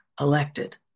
elected